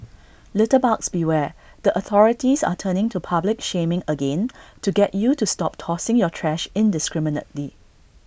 litterbugs beware the authorities are turning to public shaming again to get you to stop tossing your trash indiscriminately